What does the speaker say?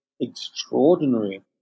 extraordinary